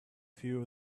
few